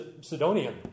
Sidonian